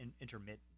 intermittent